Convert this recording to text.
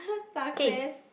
success